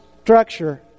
structure